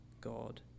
God